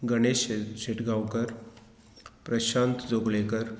Ganesh Shet Shetgaonkar Prashant Joglekar